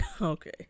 okay